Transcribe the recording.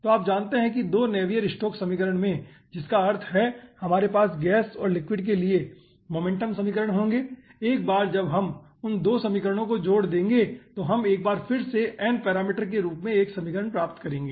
तो आप जानते हैं कि 2 नेवियर स्टोक्स समीकरण में जिसका अर्थ है कि हमारे पास गैस और लिक्विड के लिए मोमेंटम समीकरण होंगे एक बार जब हम उन 2 समीकरणों को जोड़ देंगे तो हम एक बार फिर से n पैरामीटर के रूप में एक समीकरण प्राप्त करेंगे